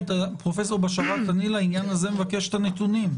פרופ' בשאראת, לעניין הזה אני מבקש את הנתונים.